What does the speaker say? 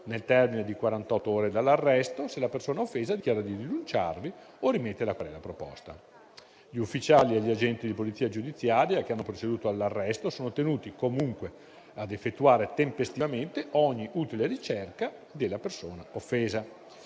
nel termine di quarantott'ore dall'arresto, se la persona offesa dichiara di rinunciarvi o rimette la querela proposta. Gli ufficiali e gli agenti di polizia giudiziaria che hanno proceduto all'arresto sono tenuti comunque a effettuare tempestivamente ogni utile ricerca della persona offesa.